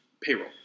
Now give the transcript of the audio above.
payroll